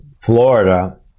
Florida